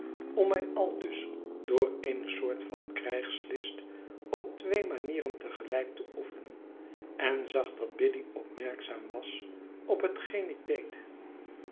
om mij aldus door eene soort van krijgslist op twee manieren te gelijk te oefenen en zag dat biddy opmerkzaam was op hetgeen ik deed